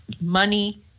money